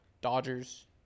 Dodgers